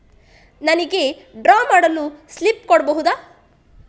ನನಿಗೆ ಡ್ರಾ ಮಾಡಲು ಸ್ಲಿಪ್ ಕೊಡ್ಬಹುದಾ?